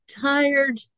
tired